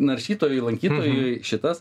naršytojui lankytojui šitas